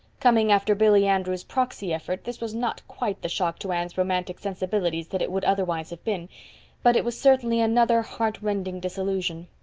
coming after billy andrews' proxy effort, this was not quite the shock to anne's romantic sensibilities that it would otherwise have been but it was certainly another heart-rending disillusion.